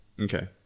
Okay